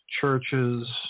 churches